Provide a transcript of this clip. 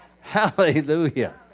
Hallelujah